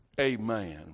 Amen